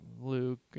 Luke